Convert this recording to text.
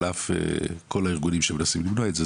על אף כל הארגונים שמנסים למנוע את זה.